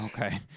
Okay